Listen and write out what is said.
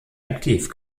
aktiv